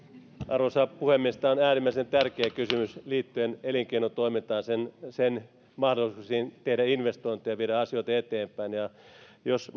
arvoisa puhemies tämä on äärimmäisen tärkeä kysymys liittyen elinkeinotoimintaan ja sen sen mahdollisuuksiin tehdä investointeja ja viedä asioita eteenpäin ja jos